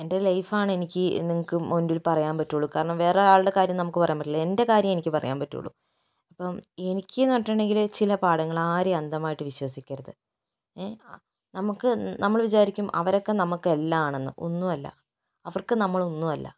എൻ്റെ ലൈഫാണെനിക്ക് നിങ്ങൾക്ക് മുൻപിൻ പറയാൻ പറ്റുകയുള്ളൂ കാരണം വേറെ ആളുടെ കാര്യം നമുക്ക് പറയാൻ പറ്റില്ല എൻ്റെ കാര്യം എനിക്ക് പറയാൻ പറ്റുള്ളൂ അപ്പോൾ എനിക്കെന്നു പറഞ്ഞിട്ടുണ്ടെങ്കിൽ ചില പാഠങ്ങളാണ് ആരെയും അന്ധമായിട്ട് വിശ്വസിക്കരുത് നമുക്ക് നമ്മള് വിചാരിക്കും അവരൊക്കെ നമുക്ക് എല്ലാം ആണെന്ന് ഒന്നുമല്ല അവർക്ക് നമ്മളൊന്നുമല്ല